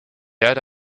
erde